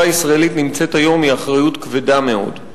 הישראלית נמצאת היום היא אחריות כבדה מאוד.